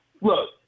look